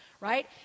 right